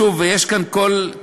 שוב, יש כאן תוספות